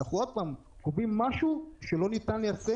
אנחנו קובעים משהו שלא ניתן ליישם.